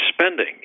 spending